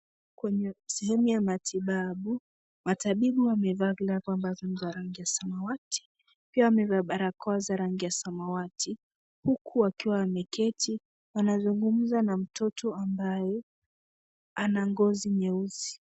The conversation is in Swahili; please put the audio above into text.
Kwenye sehemu ya matibabu matabibu wamevaa glavu ambazo ni za rangi ya samawati pia amevaa barakoa za rangi ya samawati huku wakiwa wameketi wanazungumza na mtoto ambaye ana ngozi nyeusi.